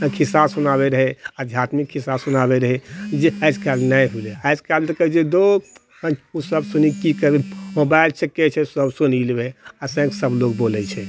खिस्सा सुनाबैत रहय आध्यात्मिक खिस्सा सुनाबै रहय जे आजकाल्हि नहि होलय आज काल्हि कहैत छै धुत ओसभ सुनीके की करबय मोबाइल छीकै सभ सुनी लेबय ऐसे ही सभ लोग बोलैत छै